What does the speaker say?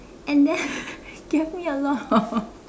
and then she gave me a lot